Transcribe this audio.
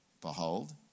Behold